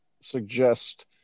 suggest